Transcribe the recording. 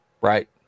right